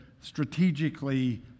strategically